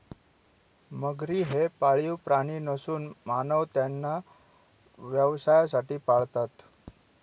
मगरी हे पाळीव प्राणी नसून मानव त्यांना व्यवसायासाठी पाळतात